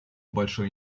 большой